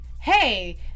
hey